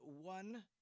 one